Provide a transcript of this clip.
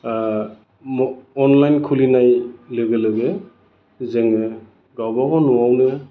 online खुलिनाय लोगो लोगो जोङो गावबागाव न'आवनो